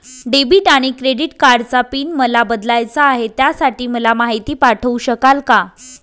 Debit आणि credit कार्डचा PIN मला बदलायचा आहे, त्यासाठी मला माहिती पाठवू शकाल का?